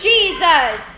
Jesus